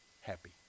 happy